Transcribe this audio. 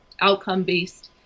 outcome-based